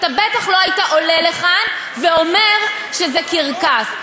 אתה בטח לא היית עולה לכאן ואומר שזה קרקס.